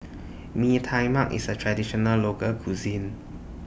Mee Tai Mak IS A Traditional Local Cuisine